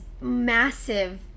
massive